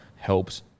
helps